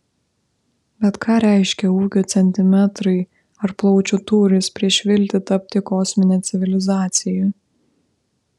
bet ką reiškia ūgio centimetrai ar plaučių tūris prieš viltį tapti kosmine civilizacija